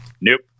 Nope